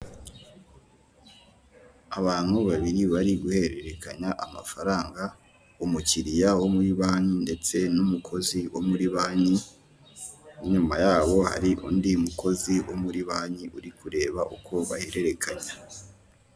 Abantu babiri bari guhererekanya amafaranga umukiriya wo muri banki, ndetse n'umukozi wo muri banki, n'inyuma yabo hari undi mukozi wo muri banki uri kureba uko bahererekanya.